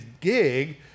gig